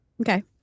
Okay